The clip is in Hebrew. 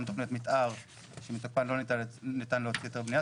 גם תכנית מתאר שמתוקפה לא ניתן להוציא היתר בניה,